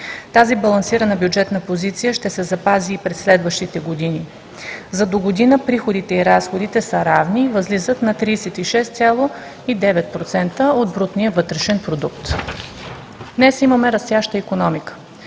Тази балансирана бюджетна позиция ще се запази и през следващите години. За догодина приходите и разходите са равни – възлизат на 36,9% от брутния вътрешен продукт. Днес имаме растяща икономика.